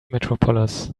metropolis